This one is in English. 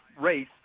race